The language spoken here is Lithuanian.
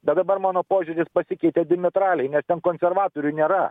bet dabar mano požiūris pasikeitė dimetraliai nes ten konservatorių nėra